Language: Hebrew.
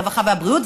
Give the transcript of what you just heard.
הרווחה והבריאות,